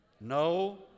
no